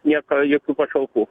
nieka jokių pašalpų